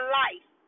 life